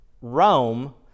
Rome